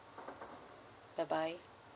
bye bye